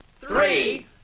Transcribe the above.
three